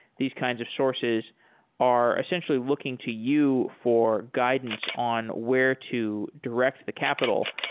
these kinds of sources are essentially looking to you for guidance on where to direct the capital.